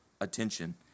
attention